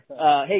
Hey